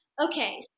Okay